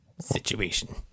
situation